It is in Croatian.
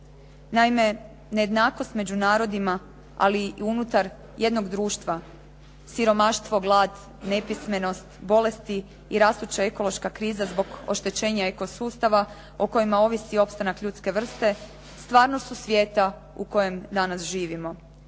Naime, nejednakost među narodna, ali i unutar jednog društva, siromaštvo, glad, nepismenost, bolesti i rastuća ekološka kriza zbog oštećenja eko sustava o kojima ovisi opstanak ljudske vrste, stvarnost su svijeta u kojem danas živimo.